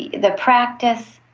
the the practice,